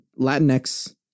Latinx